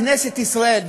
כנסת ישראל,